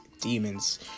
demons